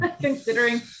considering